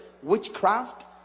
Witchcraft